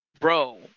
Bro